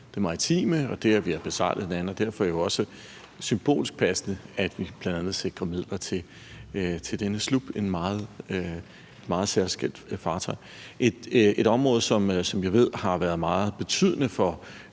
det maritime, og det, at vi er besejlende lande, og at det jo derfor også er symbolsk passende, at vi bl.a. sikrer midler til denne slup, et meget særskilt fartøj. Et område, som jeg ved har været meget betydende for